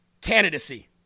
candidacy